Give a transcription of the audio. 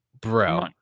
Bro